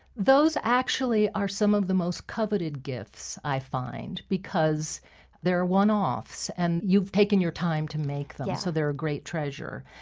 those actually are some of the most coveted gifts i find because they are one-offs and you've taken your time to make them so they are a great treasure.